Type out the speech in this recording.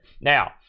Now-